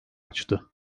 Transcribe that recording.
açtı